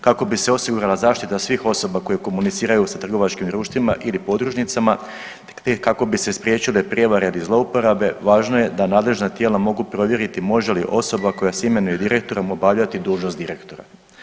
Kako bi se osigurala zaštita svih osoba koje komuniciraju sa trgovačkim društvima ili podružnicama te kako bi se spriječile prijevare ili zlouporabe važno je da nadležna tijela mogu provjeriti može li osoba koja se imenuje direktorom obavljati dužnost direktora.